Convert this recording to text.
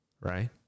right